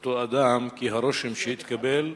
אותו אדם, כי הרושם שהתקבל,